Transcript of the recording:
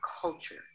culture